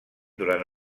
durant